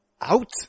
Out